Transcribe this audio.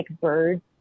birds